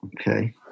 Okay